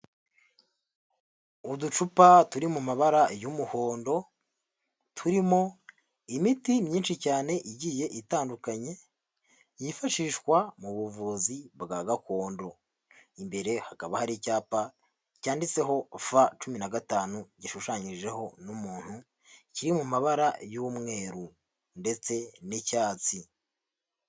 Uducupa turi mu mabara y'umuhondo turimo imiti myinshi cyane igiye itandukanye, yifashishwa mu buvuzi bwa gakondo, imbere hakaba hari icyapa cyanditseho F cumi na gatanu gishushanyijeho n'umuntu, kiri mu mabara y'umweru ndetse n'icyatsi.